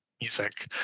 music